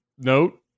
note